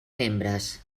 membres